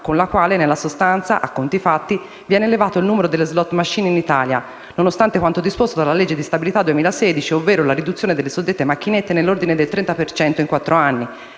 con la quale, nella sostanza, a conti fatti, viene elevato il numero delle *slot machine* in Italia. Nonostante quanto disposto dalla legge di stabilità 2016, ovvero la riduzione delle suddette macchinette, nell'ordine del 30 per cento in quattro anni,